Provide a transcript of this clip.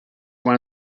one